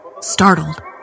Startled